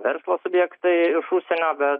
verslo subjektai iš užsienio bet